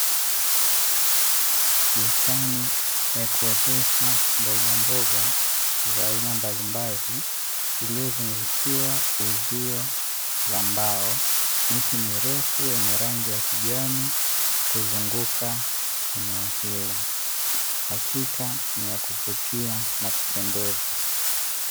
Bustani ya kuotesha mbogamboga za aina mbalimbali iliyozungushiwa uzio wa mbao, miti mirefu yenye rangi ya kijani kuzunguka eneo hilo hakika ni ya kuvutia na kupendeza.